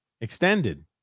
extended